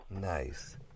Nice